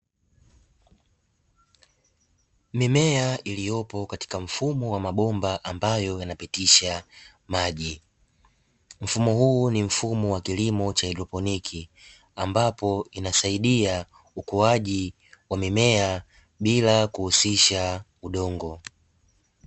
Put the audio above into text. Mimea iliyopo katika mfumo wa mabomba ambayo yanapitisha maji. Mfumo huu ni mfumo wa kilimo cha haidroponi ambapo unaosaidia ukuaji wa mimea bila kuhusisha udongo.